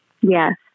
Yes